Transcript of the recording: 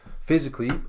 physically